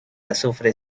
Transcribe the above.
azufre